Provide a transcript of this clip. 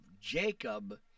Jacob